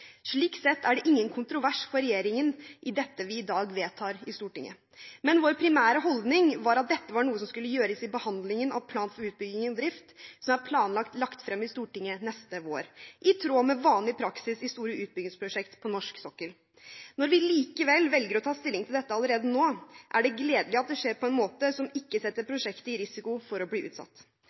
Slik sett er det ingen kontrovers for regjeringen i dette vi i dag vedtar i Stortinget. Men vår primære holdning var at dette var noe som skulle gjøres i behandlingen av plan for utbygging og drift – som er planlagt lagt frem i Stortinget neste vår – i tråd med vanlig praksis for store utbyggingsprosjekter på norsk sokkel. Når vi likevel velger å ta stilling til dette allerede nå, er det gledelig at det skjer på en måte som ikke setter prosjektet i risiko for å bli utsatt.